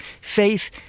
Faith